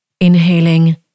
Inhaling